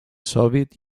soviet